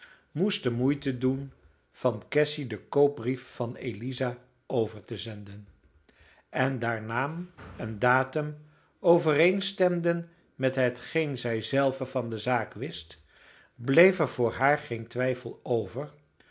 moest de moeite doen van cassy den koopbrief van eliza over te zenden en daar naam en datum overeenstemden met hetgeen zij zelve van de zaak wist bleef er voor haar geen twijfel over